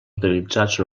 utilitzats